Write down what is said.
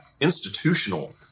institutional